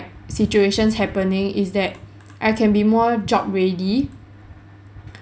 situations happening is that I can be more job ready